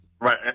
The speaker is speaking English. Right